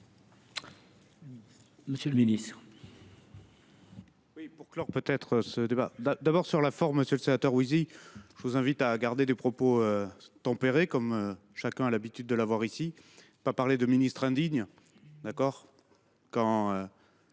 Monsieur le ministre,